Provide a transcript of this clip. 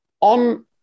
on